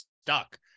stuck